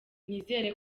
nizere